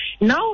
Now